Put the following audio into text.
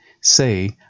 Say